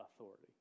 authority